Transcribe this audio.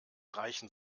reichen